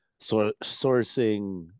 sourcing